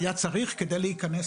היה צריך כדי להיכנס